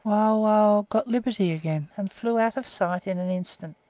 wauwau got liberty again, and flew out of sight in an instant.